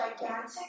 gigantic